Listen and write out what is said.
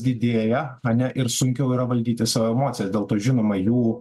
didėja ane ir sunkiau yra valdyti savo emocijas dėl to žinoma jų